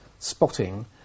spotting